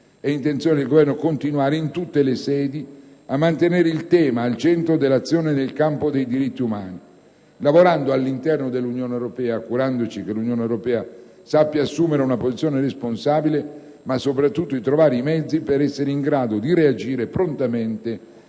È intenzione del Governo continuare a mantenere in tutte le sedi il tema al centro dell'azione nel campo dei diritti umani, lavorando all'interno dell'Unione europea affinché questa sappia assumere una posizione responsabile, ma soprattutto trovare i mezzi per essere in grado di reagire prontamente